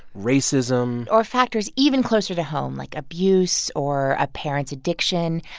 racism or factors even closer to home, like abuse or a parent's addiction.